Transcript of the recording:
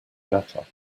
better